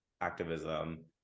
activism